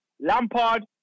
Lampard